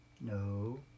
No